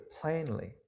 plainly